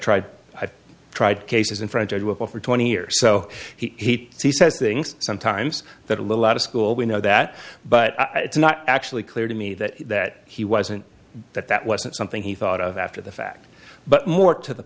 tried i've tried cases in front arguable for twenty years so he says things sometimes that a little out of school we know that but it's not actually clear to me that that he wasn't that that wasn't something he thought of after the fact but more to the